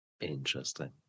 interesting